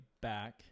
back